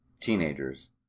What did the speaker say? teenagers